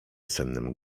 sennym